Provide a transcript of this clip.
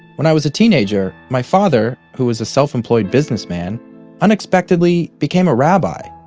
when i was a teenager, my father who was a self-employed businessman unexpectedly became a rabbi.